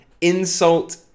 insult